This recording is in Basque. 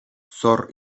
zor